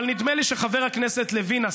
אבל נדמה לי שחבר הכנסת לוין,